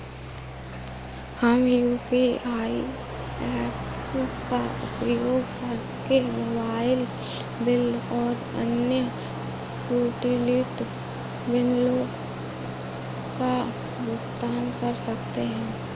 हम UPI apps का उपयोग करके मोबाइल बिल और अन्य यूटिलिटी बिलों का भुगतान कर सकते हैं